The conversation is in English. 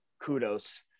kudos